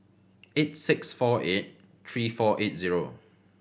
eight six four eight three four eight zero